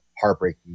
heartbreaking